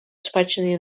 спадщини